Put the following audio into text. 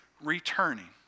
returning